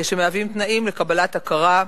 שהם תנאים לקבלת הכרה,